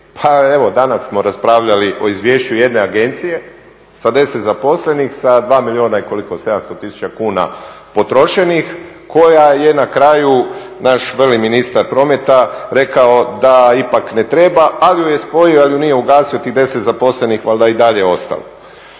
danas smo raspravljali o izvješću jedne agencije sa 10 zaposlenih sa 2 milijuna i koliko, 700 tisuća kuna potrošenih koja je na kraju naš …/Govornik se ne razumije./… ministar prometa rekao da ipak ne treba ali ju je spojio ali ju nije ugasio, tih 10 zaposlenih je valjda i dalje ostalo.